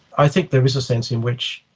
i think there is a sense in which,